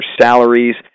salaries